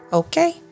okay